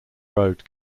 road